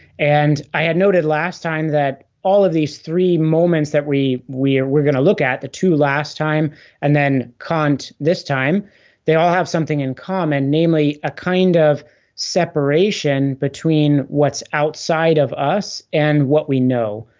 and i had noted last time that all of these three moments that we we're we're going to look at the two last time and then kant this time they all have something in common, namely a kind of separation between what's outside of us and what we know.